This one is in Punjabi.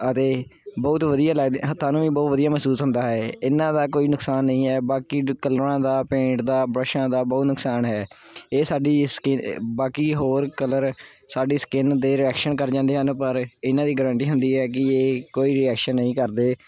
ਅਤੇ ਬਹੁਤ ਵਧੀਆ ਲੱਗਦੇ ਹੱਥਾਂ ਨੂੰ ਵੀ ਬਹੁਤ ਵਧੀਆ ਮਹਿਸੂਸ ਹੁੰਦਾ ਹੈ ਇਹਨਾਂ ਦਾ ਕੋਈ ਨੁਕਸਾਨ ਨਹੀਂ ਹੈ ਬਾਕੀ ਕਲਰਾਂ ਦਾ ਪੇਂਟ ਦਾ ਬਰਸ਼ਾ ਦਾ ਬਹੁਤ ਨੁਕਸਾਨ ਹੈ ਇਹ ਸਾਡੀ ਸਕਿ ਬਾਕੀ ਹੋਰ ਕਲਰ ਸਾਡੀ ਸਕਿਨ ਦੇ ਰਿਐਕਸ਼ਨ ਕਰ ਜਾਂਦੇ ਹਨ ਪਰ ਇਹਨਾਂ ਦੀ ਗਰੰਟੀ ਹੁੰਦੀ ਹੈ ਕਿ ਇਹ ਕੋਈ ਰਿਐਕਸ਼ਨ ਨਹੀਂ ਕਰਦੇ